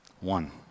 One